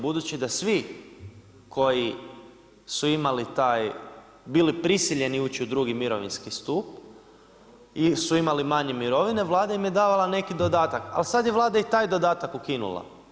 Budući da svi koji su imali taj, bili prisiljeni ući u 2 mirovinski stup, su imali manje mirovine, vlada im je davala neki dodatak, ali sad je vlada i taj dodatak ukinula.